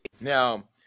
Now